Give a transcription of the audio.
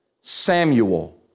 Samuel